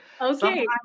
Okay